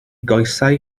goesau